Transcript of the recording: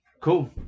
cool